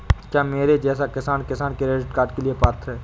क्या मेरे जैसा किसान किसान क्रेडिट कार्ड के लिए पात्र है?